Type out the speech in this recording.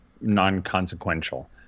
non-consequential